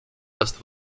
даст